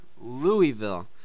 Louisville